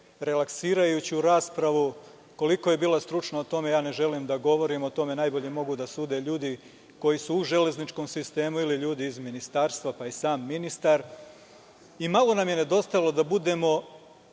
relaksirajuću raspravu. Koliko je bila stručna, o tome ne želim da govorim. O tome najbolje mogu da sude ljudi koji su u železničkom sistemu ili ljudi iz Ministarstva, pa i sam ministar. Malo nam je nedostajalo da budemo